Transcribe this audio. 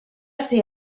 ser